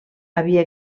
havia